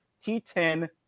T10